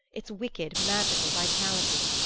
its wicked magical vitality.